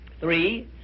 Three